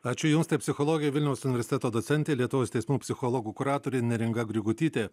ačiū jums tai psichologė vilniaus universiteto docentė lietuvos teismų psichologų kuratorė neringa grigutytė